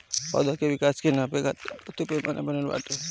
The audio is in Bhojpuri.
पौधा के विकास के नापे खातिर बहुते पैमाना बनल बाटे